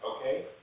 okay